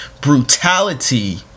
brutality